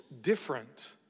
different